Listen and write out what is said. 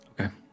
Okay